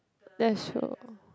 that's show